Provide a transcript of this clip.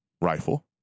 rifle